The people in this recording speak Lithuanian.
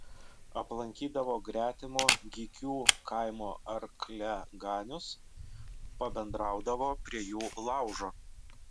aplankydavo gretimo gykių kaimo arkliaganius pabendraudavo prie jų laužo